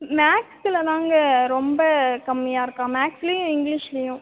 மேக்ஸ்சில் தாங்க ரொம்ப கம்மியாக இருக்கான் மேக்ஸ்லேயும் இங்கிலீஷ்லேயும்